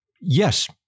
yes